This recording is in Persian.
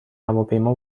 هواپیما